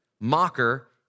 mocker